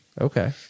Okay